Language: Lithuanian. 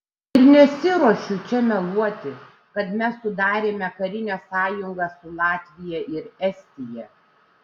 ir nesiruošiu čia meluoti kad mes sudarėme karinę sąjungą su latvija ir estija